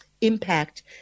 impact